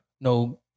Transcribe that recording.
no